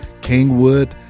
Kingwood